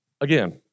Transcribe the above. Again